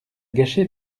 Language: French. gâché